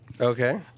Okay